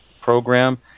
program